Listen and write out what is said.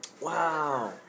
Wow